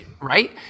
right